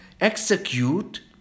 execute